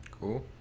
Cool